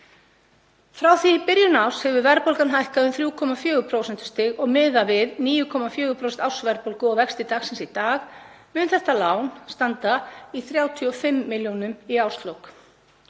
Frá því í byrjun árs hefur verðbólgan hækkað um 3,4 prósentustig. Miðað við 9,4% ársverðbólgu og vexti dagsins í dag mun þetta lán standa í 35 milljónum í árslok